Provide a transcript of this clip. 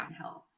health